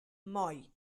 moi